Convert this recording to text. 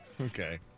Okay